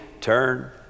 turn